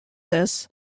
this